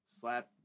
slap